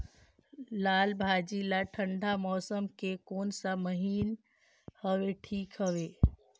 लालभाजी ला ठंडा मौसम के कोन सा महीन हवे ठीक हवे?